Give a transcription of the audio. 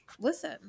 listen